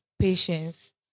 patience